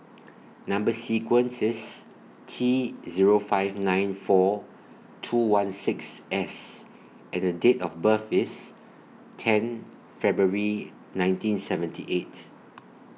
Number sequence IS T Zero five nine four two one six S and Date of birth IS ten February nineteen seventy eight